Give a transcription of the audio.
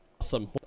awesome